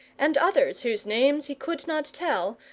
and others whose names he could not tell,